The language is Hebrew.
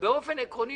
באופן עקרוני,